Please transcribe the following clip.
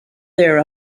there